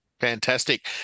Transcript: Fantastic